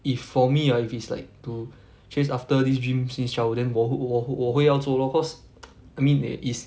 if for me ah if it's like to chase after this dream since childhood then 我我我会要做 lor cause I mean e~ it's